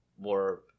more